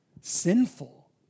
sinful